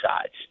sides